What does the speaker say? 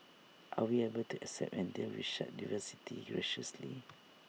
are we able to accept and deal with such diversity graciously